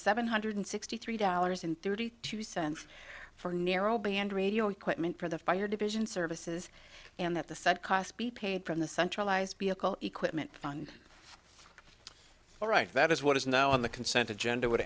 seven hundred sixty three dollars and thirty two cents for narrowband radio equipment for the fire division services and that the said cost be paid from the centralized vehicle equipment fund all right that is what is now on the consent agenda would